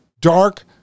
dark